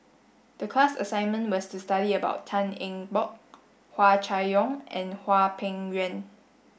the class assignment was to study about Tan Eng Bock Hua Chai Yong and Hwang Peng Yuan